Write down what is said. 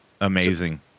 amazing